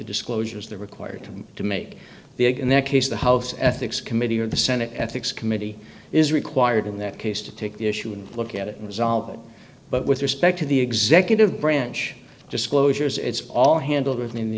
disclosures they're required to make big in that case the house ethics committee or the senate ethics committee is required in that case to take the issue and look at it and resolve it but with respect to the executive branch disclosures it's all handled